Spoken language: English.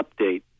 update